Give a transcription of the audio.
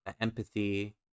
Empathy